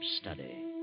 study